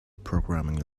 programming